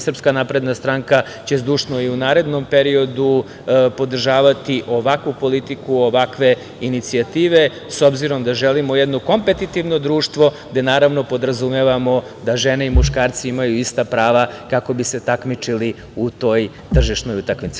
Srpska napredna stranka će zdušno i u narednom periodu podržavati ovakvu politiku, ovakve inicijative, s obzirom da želimo jedno kompetitivno društvo, gde podrazumevamo gde žene i muškarci imaju ista prava kako bi se takmičili u toj tržišnoj utakmici.